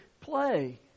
play